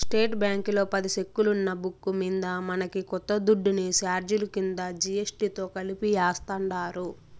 state బ్యాంకీలో పది సెక్కులున్న బుక్కు మింద మనకి కొంత దుడ్డుని సార్జిలు కింద జీ.ఎస్.టి తో కలిపి యాస్తుండారు